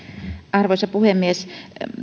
arvoisa puhemies